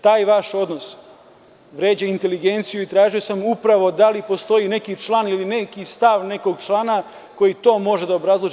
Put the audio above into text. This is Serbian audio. Taj vaš odnos, vređa inteligenciju i tražio sam upravo da li postoji neki član ili neki stav nekog člana koji to može da obrazloži.